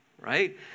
Right